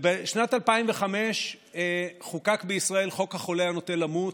בשנת 2005 חוקק בישראל חוק החולה הנוטה למות.